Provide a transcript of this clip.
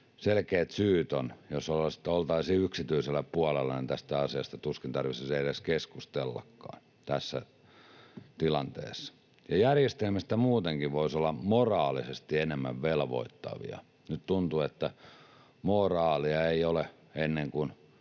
selkeät syyt on. Jos oltaisiin yksityisellä puolella, niin tästä asiasta tuskin tarvitsisi edes keskustellakaan tässä tilanteessa. Järjestelmät muutenkin voisivat olla moraalisesti enemmän velvoittavia. Nyt tuntuu, että moraalia ei ole ennen kuin